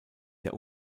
der